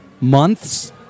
months